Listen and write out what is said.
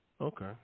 Okay